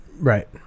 Right